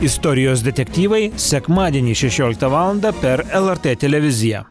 istorijos detektyvai sekmadienį šešioliktą valandą per lrt televiziją